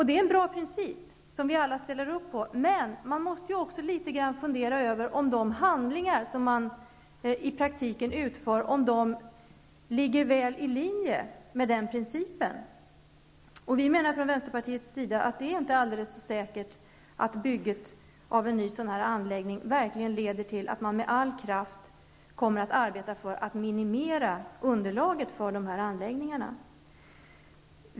Det är en bra princip som vi alla ställer oss bakom, men man måste också fundera litet grand över om de handlingar som man i praktiken utför ligger väl i linje med den principen. Vi från vänsterpartiet menar att det inte är alldeles säkert att byggandet av en ny anläggning verkligen leder till att man med all kraft kommer att arbeta för att minimera underlaget för förbränningsanläggningarna.